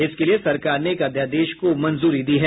इसके लिये सरकार ने एक अध्यादेश को मंजूरी दी है